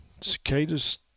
Cicadas